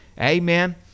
amen